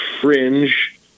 fringe